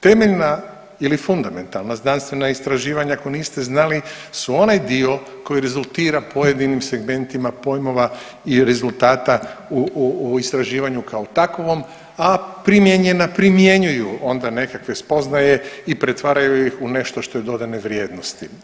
Temeljna ili fundamentalna znanstvena istraživanja, ako niste znali, su onaj dio koji rezultira pojedinim segmentima pojmova i rezultata u istraživanju kao takvom, a primijenjena primjenjuju onda nekakve spoznaje i pretvaraju ih u nešto što je dodane vrijednosti.